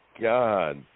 God